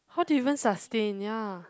how do you even sustain ya